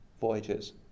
voyages